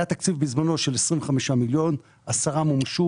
היה תקציב של 25 מיליון ש-10 מיליון מתוכו מומש.